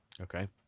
Okay